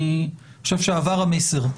אני חושב שעבר המסר.